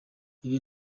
ibi